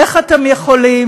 איך אתם יכולים?